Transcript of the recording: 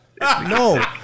No